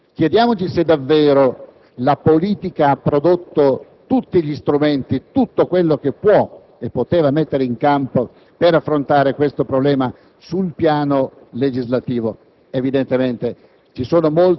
agli aspetti politici, chiediamoci se davvero la politica ha prodotto tutti gli strumenti, tutto quello che può e che poteva mettere in campo per affrontare questo problema su un piano legislativo.